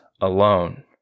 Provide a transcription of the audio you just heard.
alone